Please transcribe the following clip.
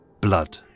blood